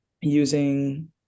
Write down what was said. using